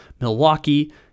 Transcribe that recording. Milwaukee